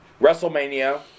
WrestleMania